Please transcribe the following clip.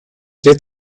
get